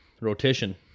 rotation